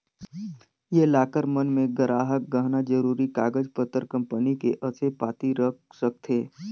ये लॉकर मन मे गराहक गहना, जरूरी कागज पतर, कंपनी के असे पाती रख सकथें